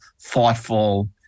thoughtful